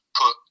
put